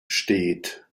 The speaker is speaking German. steht